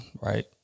right